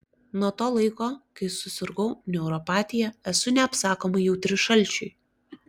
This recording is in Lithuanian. nuo to laiko kai susirgau neuropatija esu neapsakomai jautri šalčiui